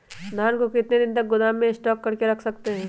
धान को कितने दिन को गोदाम में स्टॉक करके रख सकते हैँ?